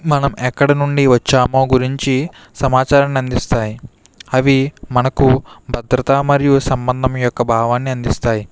మనం ఎక్కడి నుండి వచ్చామో గురించి సమాచారాన్ని అందిస్తాయి అవి మనకు భద్రతా మరియు సంబంధం యొక్క భావాన్ని అందిస్తాయి